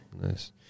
Nice